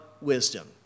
wisdom